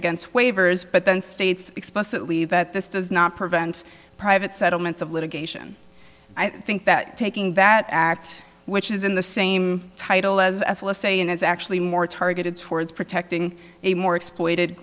against waivers but then states explicitly that this does not prevent private settlements of litigation i think that taking that act which is in the same title as a full a say and it's actually more targeted towards protecting a more exploited